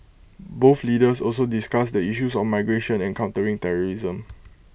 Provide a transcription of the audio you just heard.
both leaders also discussed the issues of migration and countering terrorism